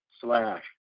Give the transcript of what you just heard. slash